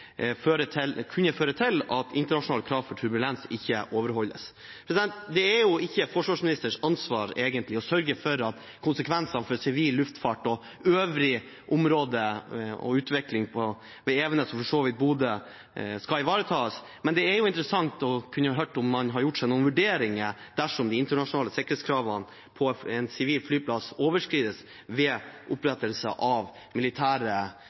kunne føre til at internasjonale krav for turbulens ikke overholdes. Det er ikke forsvarsministerens ansvar, egentlig, å sørge for at konsekvensene for sivil luftfart og øvrig områdeutvikling på Evenes – og for så vidt i Bodø – ivaretas, men det er jo interessant å kunne høre om man har gjort seg noen vurderinger dersom de internasjonale sikkerhetskravene på en sivil flyplass overskrides ved opprettelse av militære